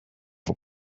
for